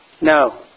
No